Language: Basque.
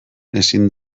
ezin